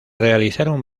realizaron